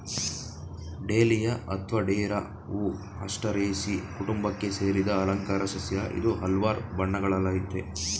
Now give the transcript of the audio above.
dahlia ಅತ್ವ ಡೇರಾ ಹೂ ಆಸ್ಟರೇಸೀ ಕುಟುಂಬಕ್ಕೆ ಸೇರಿದ ಅಲಂಕಾರ ಸಸ್ಯ ಇದು ಹಲ್ವಾರ್ ಬಣ್ಣಗಳಲ್ಲಯ್ತೆ